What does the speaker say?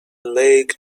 lake